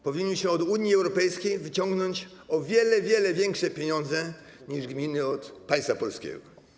Powinniśmy od Unii Europejskiej wyciągnąć o wiele, wiele większe pieniądze niż gminy od państwa polskiego.